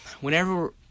whenever